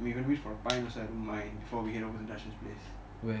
meet for a pint also I don't mind before we head over to Darshan place